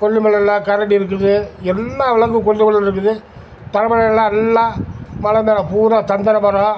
கொல்லிமலையில் கரடி இருக்குது எல்லா விலங்கும் கொல்லிமலையில் இருக்குது தலமலையில எல்லா மலை மேலே பூராம் சந்தன மரம்